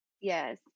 Yes